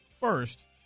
first